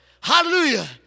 hallelujah